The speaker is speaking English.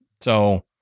So-